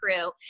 crew